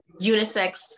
unisex